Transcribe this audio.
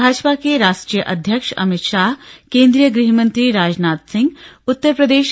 भापजा के राश्ट्रीय अध्यक्ष अमित भााह केंद्रीय गृहमंत्री राजनाथ सिंह उत्तर प्रदे